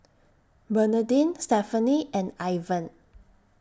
Bernadine Stephenie and Ivan